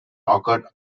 occurred